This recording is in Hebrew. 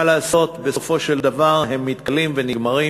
מה לעשות, בסופו של דבר הם מתכלים ונגמרים.